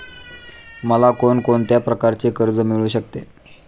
मला कोण कोणत्या प्रकारचे कर्ज मिळू शकते?